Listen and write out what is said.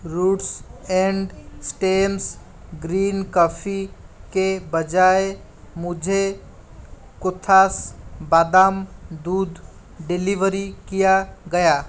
roots and stems green coffee के बजाय मुझे कोथास बादाम दूध डिलीवरी किया गया